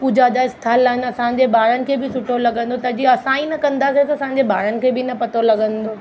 पूॼा जा स्थल आहिनि असांजे ॿारनि खे बि सुठो लॻंदो जॾहिं असां ही न कंदासीं त असांजे ॿारनि खे बि न पतो लॻंदो